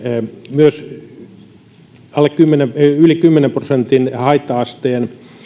myös yli kymmenen prosentin haitta asteen